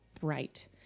bright